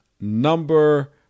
number